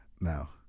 now